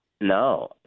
No